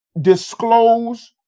disclose